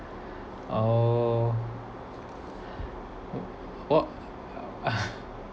oh what